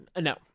No